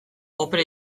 opera